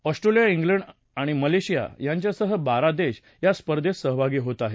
Australia श्लेंड आणि Malaysia यांच्यासह बारा देश या स्पर्धेत सहभागी होत आहेत